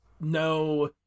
no